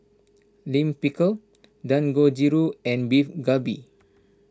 Lime Pickle Dangojiru and Beef Galbi